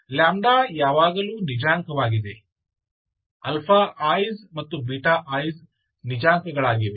λ ಯಾವಾಗಲೂ ನಿಜಾಂಕವಾಗಿದೆ is ಮತ್ತು is ನಿಜಾಂಕವಾಗಿವೆ